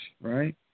right